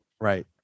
Right